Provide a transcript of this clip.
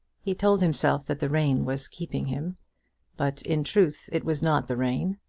he told himself that the rain was keeping him but in truth it was not the rain.